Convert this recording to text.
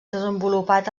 desenvolupat